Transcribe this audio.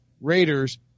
Raiders